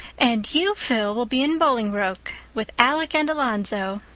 and you, phil, will be in bolingbroke with alec and alonzo.